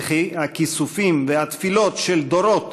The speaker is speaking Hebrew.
וכי הכיסופים והתפילות של דורות